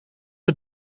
het